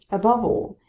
above all,